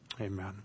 amen